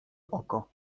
oko